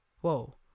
Whoa